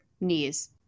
knees